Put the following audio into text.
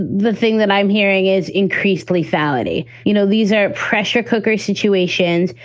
the thing that i'm hearing is increased lethality. you know, these are pressure cooker situations.